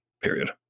period